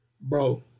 Bro